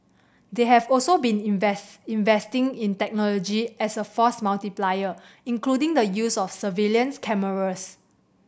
they have also been invest investing in technology as a force multiplier including the use of surveillance cameras